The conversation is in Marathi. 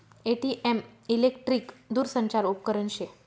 ए.टी.एम इलेकट्रिक दूरसंचार उपकरन शे